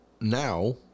Now